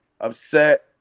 upset